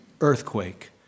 earthquake